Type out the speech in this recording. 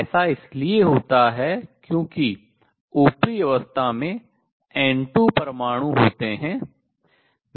ऐसा इसलिए होता है क्योंकि ऊपरी अवस्था में N2 परमाणु होते हैं